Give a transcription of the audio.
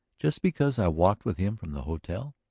just because i walked with him from the hotel?